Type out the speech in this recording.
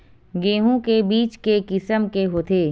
गेहूं के बीज के किसम के होथे?